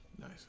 Nice